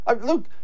look